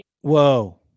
Whoa